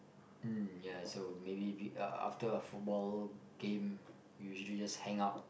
um ya so maybe uh after a football game we usually just hang out